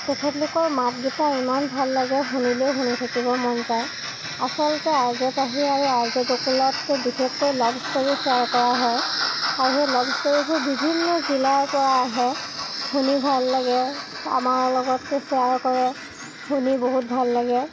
তেখেতলোকৰ মাতগিটা ইমান ভাল লাগে শুনিলেই শুনি থাকিবৰ মন যায় আচলতে আৰ জে পাহি আৰু আৰ জে গকুলত বিশেষকৈ লভ ষ্টৰীজ শ্বেয়াৰ কৰা হয় আৰু সেই লভ ষ্টৰীবোৰ বিভিন্ন জিলাৰপৰা আহে শুনি ভাল লাগে আমাৰ লগতে শ্বেয়াৰো কৰে শুনি বহুত ভাল লাগে